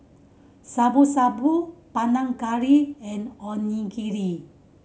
Shabu Shabu Panang Curry and Onigiri